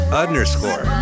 underscore